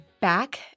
back